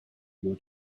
your